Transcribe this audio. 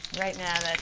right now,